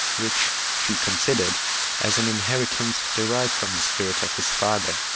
which she considered as an inheritance derived from the spirit of his father,